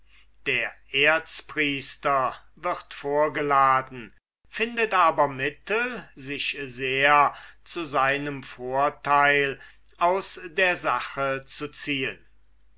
der erzpriester wird vorgeladen findet aber mittel sich sehr zu seinem vorteil aus der sache zu ziehen